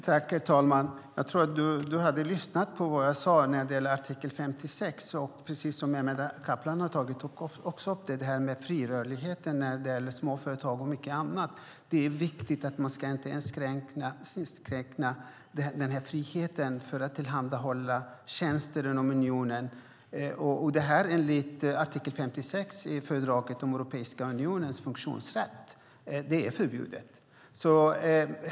Herr talman! Josefin Brink borde ha lyssnat på vad jag sade beträffande artikel 56, nämligen att det är viktigt att inte inskränka friheten att kunna tillhandahålla tjänster inom unionen. Också Mehmet Kaplan tog upp frågan om den fria rörligheten för småföretag och mycket annat. Enligt artikel 56 i fördraget om Europeiska unionens funktionssätt är det förbjudet att inskränka den friheten.